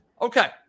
Okay